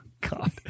god